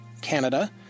Canada